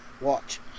Watch